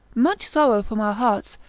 much sorrow from our hearts,